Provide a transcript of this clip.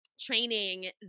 training